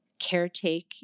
caretake